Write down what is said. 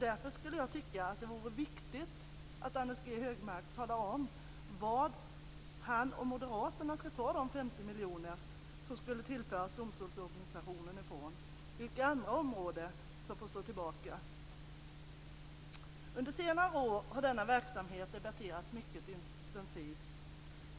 Därför tycker jag att det vore viktigt att Anders G Högmark kunde tala om varifrån han och moderaterna tänker ta de 50 miljoner som skall tillföras domstolsorganisationen. Vilka andra områden skall få stå tillbaka? Under senare år har denna verksamhet debatterats mycket intensivt.